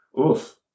oof